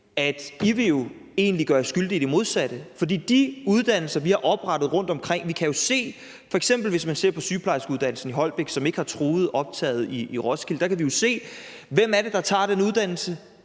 at I egentlig vil gøre jer skyldige i det modsatte. For i forhold til de uddannelser, vi har oprettet rundtomkring, kan vi jo se, f.eks. hvis man ser på sygeplejerskeuddannelsen i Holbæk, som ikke har truet optaget i Roskilde, hvem det er, der tager den uddannelse.